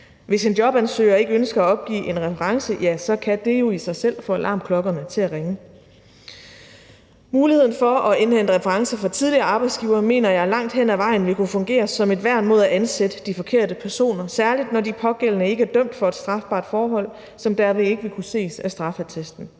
Hvis en jobansøger ikke ønsker at opgive en reference, kan det jo i sig selv få alarmklokkerne til at ringe. Muligheden for at indhente referencer fra tidligere arbejdsgivere mener jeg langt hen ad vejen vil kunne fungere som et værn mod at ansætte de forkerte personer, særlig når de pågældende ikke er dømt for et strafbart forhold, som derved ikke vil kunne ses af straffeattesten.